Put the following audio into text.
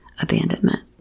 abandonment